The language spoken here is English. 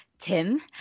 Tim